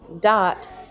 dot